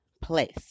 place